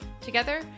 Together